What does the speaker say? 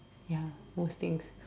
ya most things